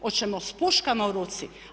Hoćemo s puškama u ruci?